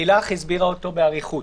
לילך הסבירה אותו באריכות,